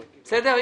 בסדר.